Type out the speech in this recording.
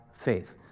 faith